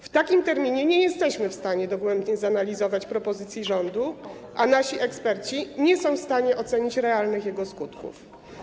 W takim terminie nie jesteśmy w stanie dogłębnie zanalizować propozycji rządu, a nasi eksperci nie są w stanie ocenić realnych jego skutków.